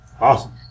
Awesome